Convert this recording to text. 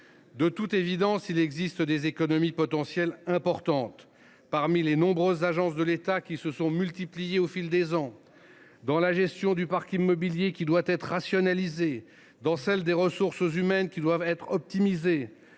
De toute évidence, il existe des économies potentielles importantes parmi les nombreuses agences de l’État qui se sont multipliées au fil des ans ou dans la gestion du parc immobilier de l’État, qui doit être rationalisée. Le pilotage des ressources humaines doit également être optimisé